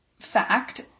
fact